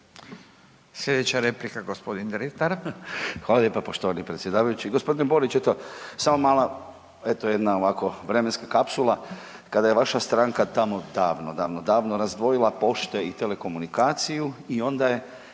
Dretar. **Dretar, Davor (DP)** Hvala lijepo poštovani predsjedavajući. Gospodine Borić eto samo mala eto jedna ovako vremenska kapsula. Kada je vaša stranka tamo davno, davno, davno razdvojila pošte i telekomunikaciju i onda je